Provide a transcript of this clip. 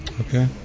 Okay